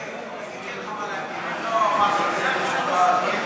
גברתי היושבת-ראש, מה קרה?